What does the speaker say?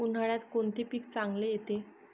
उन्हाळ्यात कोणते पीक चांगले येते?